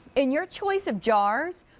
in your choice of jars.